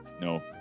No